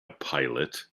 pilot